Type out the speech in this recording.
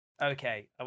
Okay